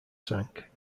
sank